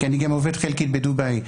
כי אני גם עובד חלקית בדובאי.